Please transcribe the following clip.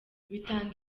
bitanga